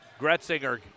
Gretzinger